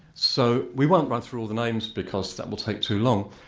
so we won't run through all the names because that will take too long.